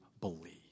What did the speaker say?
believe